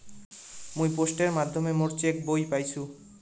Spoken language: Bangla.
মুই পোস্টের মাধ্যমে মোর চেক বই পাইসু